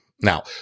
Now